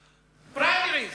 פריימריס,